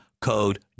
code